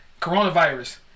Coronavirus